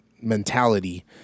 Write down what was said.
mentality